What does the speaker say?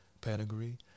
pedigree